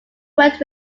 worked